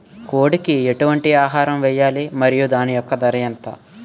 కోడి కి ఎటువంటి ఆహారం వేయాలి? మరియు దాని యెక్క ధర ఎంత?